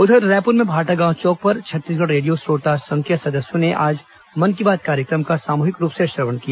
उधर रायपुर में भाठागांव चौक पर छत्तीसगढ़ रेडियो श्रोता संघ के सदस्यों ने आज मन की बात कार्यक्रम का सामूहिक रूप से श्रवण किया